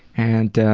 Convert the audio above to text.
and, ah,